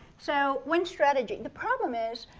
so one strategy. the problem is,